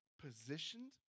positioned